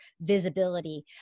visibility